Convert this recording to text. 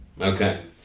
Okay